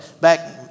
back